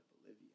Bolivia